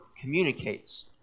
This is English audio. communicates